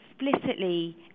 explicitly